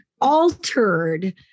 altered